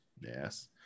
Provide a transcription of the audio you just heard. Yes